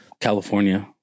California